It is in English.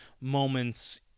moments